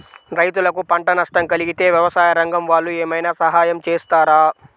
రైతులకు పంట నష్టం కలిగితే వ్యవసాయ రంగం వాళ్ళు ఏమైనా సహాయం చేస్తారా?